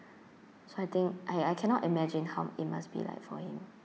so I think I I cannot imagine how it must be like for him